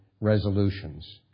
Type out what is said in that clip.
resolutions